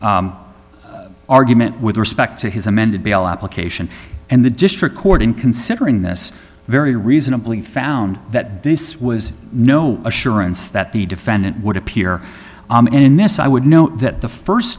our argument with respect to his amended bail application and the district court in considering this very reasonably found that this was no assurance that the defendant would appear in this i would know that the